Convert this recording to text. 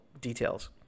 details